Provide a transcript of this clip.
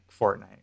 Fortnite